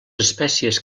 espècies